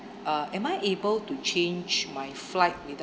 uh am I able to change my flight without